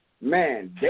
man